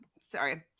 Sorry